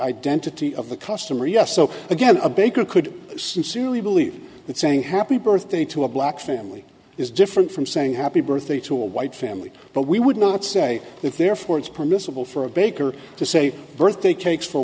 identity of the customer yes so again a baker could sincerely believe that saying happy birthday to a black family is different from saying happy birthday to a white family but we would not say if therefore it's permissible for a baker to say birthday cakes for